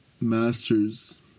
masters